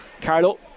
Carlo